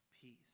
Peace